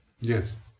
Yes